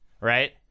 right